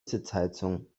sitzheizung